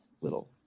Little